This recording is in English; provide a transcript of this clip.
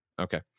Okay